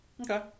Okay